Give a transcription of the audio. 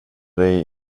dig